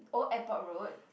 Old-Airport-Road